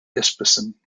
jespersen